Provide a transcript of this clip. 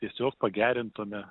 tiesiog pagerintume